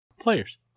players